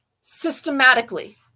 systematically